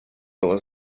было